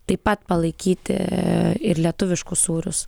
taip pat palaikyti ir lietuviškus sūrius